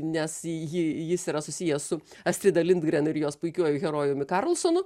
nes į jį jis yra susijęs su astrida lindgren ir jos puikiuoju herojumi karlsonu